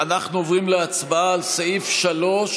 אנחנו לא יודעים מה ילד יום,